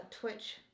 Twitch